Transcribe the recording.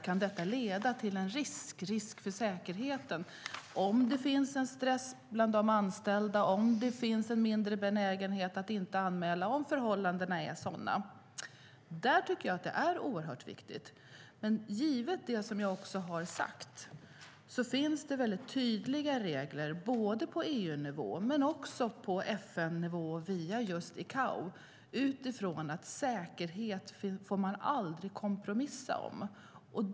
Kan det leda till en risk för säkerheten om det finns en stress bland de anställda och om det finns en mindre benägenhet att anmäla om förhållanden är sådana? Det är oerhört viktigt. Givet det jag har sagt finns det väldigt tydliga regler både på EU-nivå och på FN-nivå via just Icao utifrån att man aldrig får kompromissa om säkerhet.